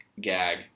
gag